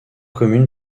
commune